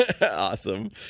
Awesome